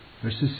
verses